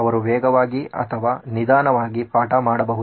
ಅವರು ವೇಗವಾಗಿ ಅಥವಾ ನಿಧಾನವಾಗಿ ಪಾಠ ಮಾಡಬಹುದು